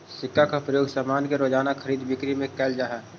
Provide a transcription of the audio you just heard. सिक्का के प्रयोग सामान के रोज़ाना खरीद बिक्री में कैल जा हई